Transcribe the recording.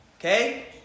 Okay